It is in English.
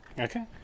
Okay